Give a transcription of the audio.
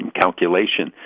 calculation